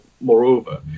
moreover